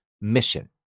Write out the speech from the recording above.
mission